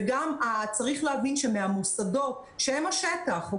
וגם צריך להבין שמהמוסדות שהם השטח,